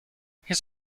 his